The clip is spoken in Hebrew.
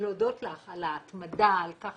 להודות לך על ההתמדה, על כך